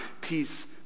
peace